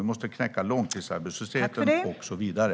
Vi måste knäcka långtidsarbetslösheten och så vidare.